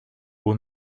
aux